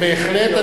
בהחלט,